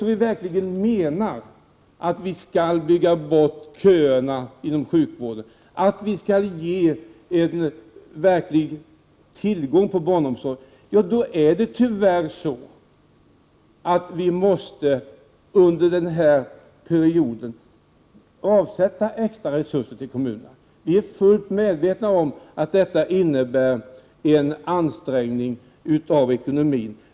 Om man verkligen menar allvar med talet om att köerna inom sjukvården skall bort och att det skall finnas tillgång till barnomsorg, måste — tyvärr — extra resurser avsättas till kommunerna under den här perioden. Vi är fullt medvetna om att det innebär en ansträngning av ekonomin.